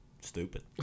stupid